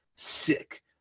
Sick